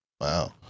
wow